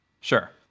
Sure